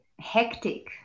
hectic